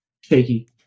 shaky